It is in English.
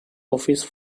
office